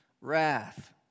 Wrath